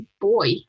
boy